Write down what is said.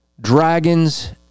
Dragons